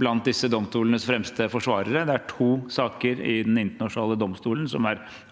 blant disse domstolenes fremste forsvarere. Det er to saker i Den internasjonale domstolen, som er